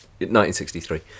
1963